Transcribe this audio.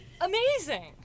amazing